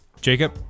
Jacob